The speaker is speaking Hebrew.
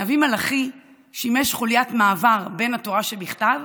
הנביא מלאכי שימש חוליית מעבר בין התורה שבכתב